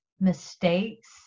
mistakes